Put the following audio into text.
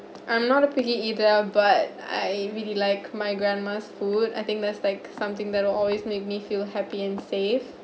I'm not a picky eater but I really like my grandma's food I think that's like something that'll always makes me feel happy and safe